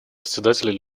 председателей